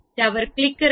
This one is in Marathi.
त्यावर क्लिक करा